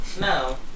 No